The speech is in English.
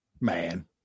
man